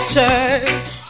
church